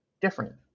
different